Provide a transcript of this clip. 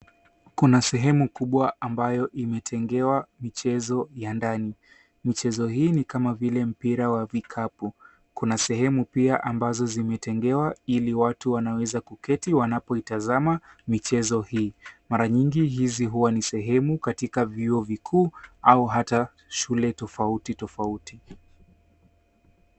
Kuna sehemu kubwa ambayo imetengewa michezo ya ndani. Michezo hii ni kama vile Mpira wa vikapu. Kuna sehemu pia ambazo zimetengewa ili watu wanaweza kuketi wanapoitazama michezo hii. Mara nyingi hizi huwa ni sehemu katika vyuoo vikuu au hata shule tofautitofauti.